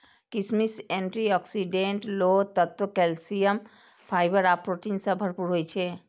किशमिश antioxidant, लोह तत्व, कैल्सियम, फाइबर आ प्रोटीन सं भरपूर होइ छै